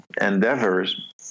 endeavors